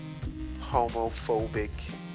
homophobic